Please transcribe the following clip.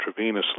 intravenously